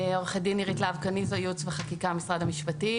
אני עורכת דין, ייעוץ וחקיקה, משרד המשפטים.